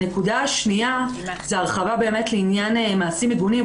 הנקודה השנייה היא ההרחבה לעניין מעשים מגונים.